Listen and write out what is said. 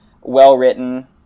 well-written